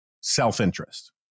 self-interest